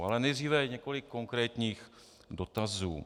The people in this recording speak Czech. Ale nejdříve několik konkrétních dotazů.